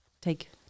take